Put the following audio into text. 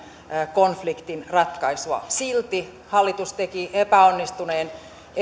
konfliktin ratkaisua silti hallitus teki epäonnistuneen